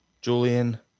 Julian